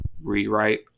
rewrite